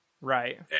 right